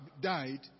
died